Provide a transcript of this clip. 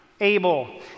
Abel